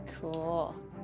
Cool